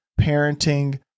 parenting